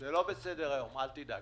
זה לא נמצא בסדר היום, אל תדאג,